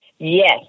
Yes